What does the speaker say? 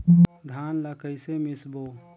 धान ला कइसे मिसबो?